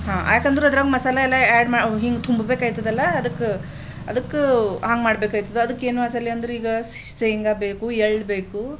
ಹಾಂ ಯಾಕಂದ್ರೆ ಅದ್ರಾಗ ಮಸಾಲೆ ಎಲ್ಲ ಆ್ಯಡ್ ಮಾಡಿ ಹಿಂಗೆ ತುಂಬಬೇಕು ಆಯ್ತದಲ್ಲ ಅದಕ್ಕೆ ಅದಕ್ಕೆ ಹಂಗೆ ಮಾಡ್ಬೇಕಾಯ್ತದ ಅದಕ್ಕೇನು ಮಸಾಲೆ ಅಂದರೀಗ ಶೇಂಗ ಬೇಕು ಎಳ್ಳು ಬೇಕು